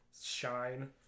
shine